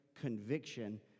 conviction